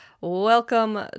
Welcome